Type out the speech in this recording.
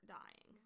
dying